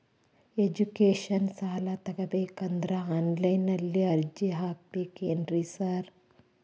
Education ಸಾಲ ತಗಬೇಕಂದ್ರೆ online ನಲ್ಲಿ ಅರ್ಜಿ ಹಾಕ್ಬೇಕೇನ್ರಿ ಸಾರ್?